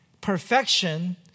Perfection